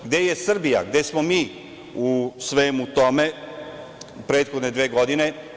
Gde je Srbija, gde smo mi u svemu tome prethodne dve godine?